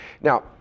Now